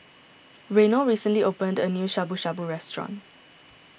Reynold recently opened a new Shabu Shabu restaurant